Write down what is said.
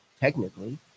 technically